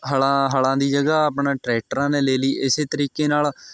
ਹਲ਼ਾਂ ਹਲ਼ਾਂ ਦੀ ਜਗ੍ਹਾ ਆਪਣੇ ਟਰੈਕਟਰਾਂ ਨੇ ਲੈ ਲਈ ਇਸੇ ਤਰੀਕੇ ਨਾਲ